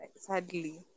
sadly